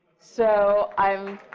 so, i'll um